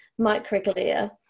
microglia